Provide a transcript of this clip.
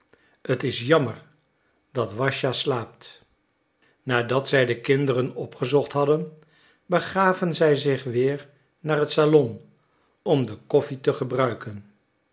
t is jammer dat wassja slaapt nadat zij de kinderen opgezocht hadden begaven zij zich weer naar het salon om de koffie te gebruiken